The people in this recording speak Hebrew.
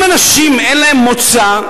אם אנשים אין להם מוצא,